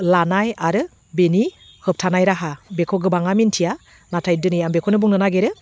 लानाय आरो बेनि होबथानाय राहा बेखौ गोबाङा मिनथिया नाथाय दिनै आं बेखौनो बुंनो नागिरो